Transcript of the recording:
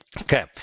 Okay